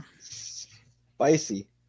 spicy